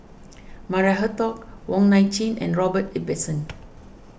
Maria Hertogh Wong Nai Chin and Robert Ibbetson